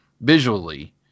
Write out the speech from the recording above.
visually